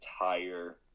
entire